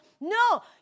No